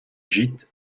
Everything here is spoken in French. gîte